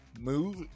Move